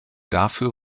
dafür